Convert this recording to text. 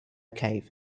cave